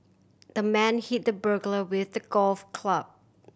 the man hit the burglar with a golf club